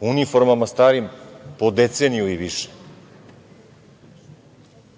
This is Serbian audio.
uniformama starim po deceniju i više.